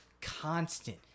constant